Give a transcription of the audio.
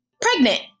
pregnant